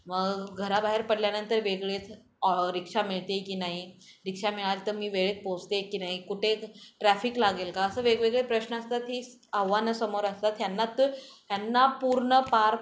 मग घराबाहेर पडल्यानंतर वेगळेच ऑ रिक्षा मिळते आहे की नाही रिक्षा मिळाली तर मी वेळेत पोहोचते की नाही कुठे ट्रॅफिक लागेल का असं वेगवेगळे प्रश्न असतात ही आव्हानं समोर असतात ह्यांना त् ह्यांना पूर्ण पार